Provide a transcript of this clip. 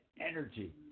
energy